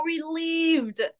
relieved